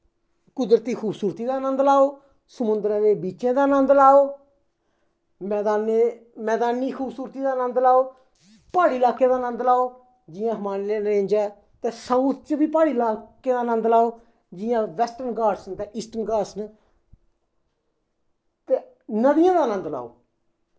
कुदरती खूबसूरती दा नन्द लैओ समुन्दरें दे बीचें दा नन्द लैओ मैदानी मैदानी खूबसूरती दा नन्द लैओ प्हाड़ी लाह्के दा नन्द लैओ जियां हिमालयन रेंज ऐ ते साउथ च बी प्हाड़ी लाकें दा नन्द लैओ जियां बैस्टन घाटस न ते ईस्टन घाटस न ते नदियें दा नन्द लैओ